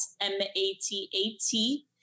M-A-T-A-T